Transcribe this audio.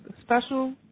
special